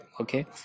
okay